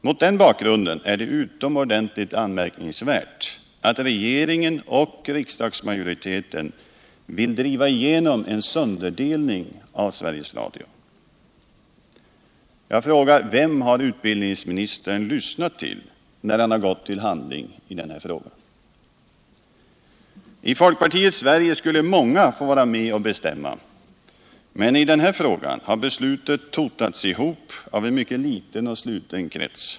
Mot den bakgrunden är det utomordentligt anmärkningsvärt att regeringen och riksdagsmajoriteten vill driva igenom en sönderdelning av Sveriges Radio. I folkpartiets Sverige skulle många få vara med och bestämma. Men i denna fråga har beslutet totats ihop av en mycket liten och sluten krets.